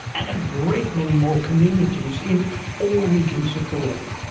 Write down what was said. and a great many more communities in all regions of the world.